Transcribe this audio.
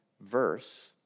verse